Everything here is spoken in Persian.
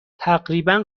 تقریبا